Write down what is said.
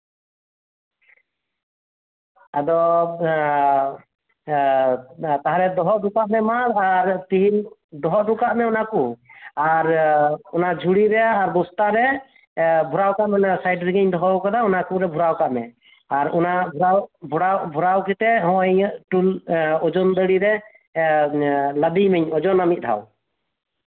ᱟᱫᱚ ᱛᱟᱞᱦᱮ ᱫᱚᱦᱚ ᱦᱚᱴᱚ ᱠᱟᱜ ᱢᱮ ᱟᱨ ᱛᱤᱦᱤᱧ ᱫᱚᱦᱚ ᱚᱴᱚ ᱠᱟᱜ ᱢᱮ ᱚᱱᱟᱠᱩ ᱟᱨ ᱚᱱᱟ ᱡᱷᱩᱲᱤ ᱨᱮ ᱟᱨ ᱚᱱᱟ ᱵᱚᱥᱛᱟ ᱨᱮ ᱵᱷᱚᱨᱟᱣ ᱠᱟᱜ ᱢᱮ ᱚᱱᱟᱠᱚᱨᱮ ᱚᱱᱟ ᱥᱟᱭᱤᱰ ᱨᱮᱜᱚᱧ ᱫᱚᱦᱚᱣᱟᱠᱟᱫᱟ ᱚᱱᱟ ᱠᱚᱨᱮ ᱜᱮ ᱫᱚᱦᱚ ᱠᱟᱜ ᱢᱮ ᱟᱨ ᱚᱱᱟ ᱵᱷᱟᱨᱚᱣ ᱠᱟᱛᱮ ᱱᱚᱜᱼᱚᱭ ᱤᱧᱟᱹᱜ ᱚᱱᱟ ᱛᱩᱞ ᱰᱟᱬᱤ ᱨᱮ ᱞᱟᱫᱮᱭ ᱢᱮ ᱢᱤᱫ ᱫᱷᱟᱣ ᱳᱡᱳᱱᱟᱹᱧ ᱚᱱᱟ ᱠᱚ